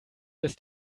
des